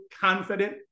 confident